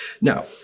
Now